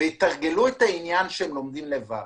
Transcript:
ויתרגלו את העניין שהם לומדים לבד.